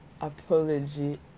apology